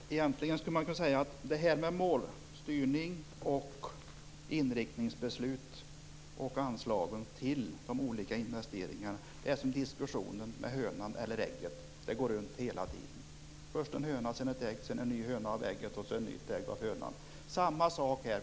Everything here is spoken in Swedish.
Herr talman! Egentligen skulle man kunna säga att målstyrning, inriktningsbeslut och anslag till olika investeringar är som diskussionen om hönan och ägget; det går runt hela tiden. Först har man en höna, sedan ett ägg och sedan en ny höna av ägget och ett nytt ägg av hönan. Samma sak här.